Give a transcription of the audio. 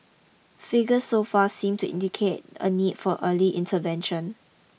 figures so far seem to indicate a need for early intervention